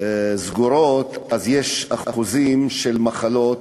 סגורות יש אחוזים יותר גבוהים של מחלות,